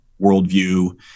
worldview